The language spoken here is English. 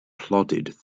plodded